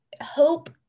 hope